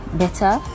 better